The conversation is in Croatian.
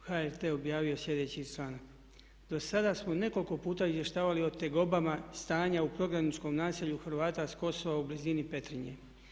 HRT je objavio sljedeći članak: „Dosada smo nekoliko puta izvještavali o tegobama stanja u prognaničkom naselju Hrvata s Kosova u blizini Petrinje.